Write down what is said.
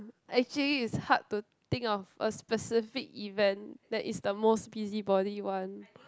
actually it's hard to think of a specific event that is the most busybody one